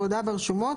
בהודעה ברשומות,